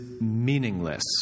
Meaningless